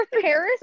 Paris